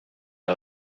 les